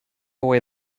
away